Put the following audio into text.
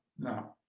now.